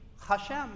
Hashem